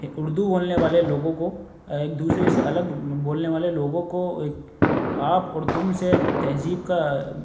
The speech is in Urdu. اردو بولنے والے لوگوں کو ایک دوسرے سے الگ بولنے والے لوگوں کو ایک آپ اور تم سے تہذیب کا